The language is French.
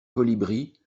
colibris